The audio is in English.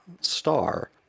star